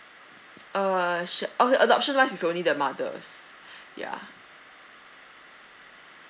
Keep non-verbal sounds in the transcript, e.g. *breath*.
uh sure okay adoption wise is only the mothers *breath* yeah